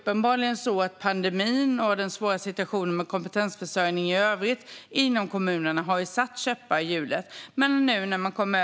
Pandemin och den svåra situationen när det gäller kompetensförsörjning i övrigt i kommunerna har alltså uppenbarligen satt käppar i hjulet.